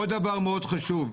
עוד דבר מאוד חשוב,